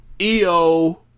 EO